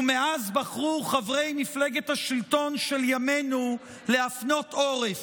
ומאז בחרו חברי מפלגת השלטון של ימינו להפנות עורף,